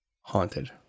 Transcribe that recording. haunted